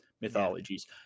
mythologies